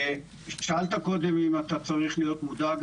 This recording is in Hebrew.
שאלת קודם אם אתה צריך להיות מודאג,